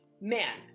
Man